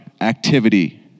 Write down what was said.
activity